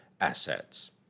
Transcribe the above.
assets